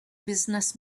business